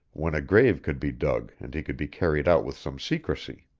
when a grave could be dug and he could be carried out with some secrecy.